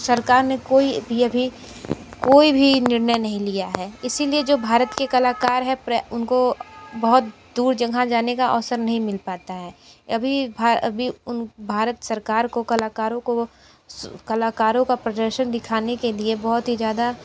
सरकार ने कोई भी अभी कोई भी निर्णय नहीं लिया है इसीलिए जो भारत के कलाकार है उनको बहुत दूर जगंह जाने का अवसर नहीं मिल पाता है अभी अभी उन भारत सरकार को कलाकारों को वो कलाकारों का प्रदर्शन दिखाने के लिए बहुत ही ज़्यादा